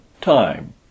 time